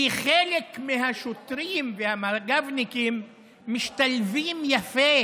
כי חלק מהשוטרים והמג"בניקים משתלבים יפה